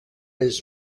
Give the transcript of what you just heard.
his